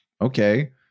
Okay